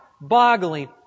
Boggling